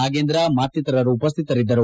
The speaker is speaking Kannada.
ನಾಗೇಂದ್ರ ಮತ್ತಿತರರು ಉಪಸ್ಥಿತರಿದ್ದರು